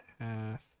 half